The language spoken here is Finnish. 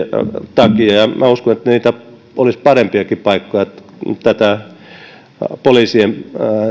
takia ja uskon että niitä olisi parempiakin paikkoja poliisien